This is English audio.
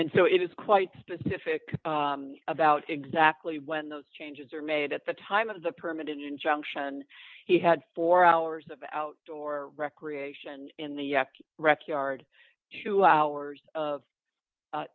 and so it is quite specific about exactly when those changes are made at the time of the permit injunction he had four hours of outdoor recreation in the rec yard